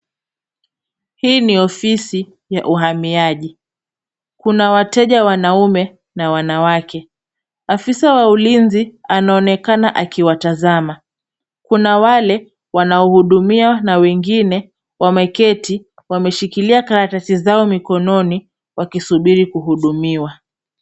Hii ni ofisi ya uhamiaji. Kuna wateja wanaume na wanawake. Afisa wa ulinzi anaonekana akiwatazama. Kuna wale wanaohudumiwa, na wengine wameketi wameshikilia karatasi zao mikononi, wakisubiri kuhudumiwa.